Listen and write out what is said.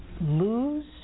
lose